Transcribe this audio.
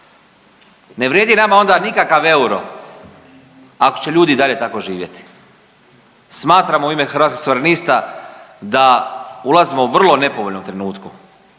Ne vrijedi nama onda nikakav euro ako će ljudi i dalje tako živjeti. Smatram u ime Hrvatskih suverenista da ulazimo u vrlo nepovoljnom trenutku,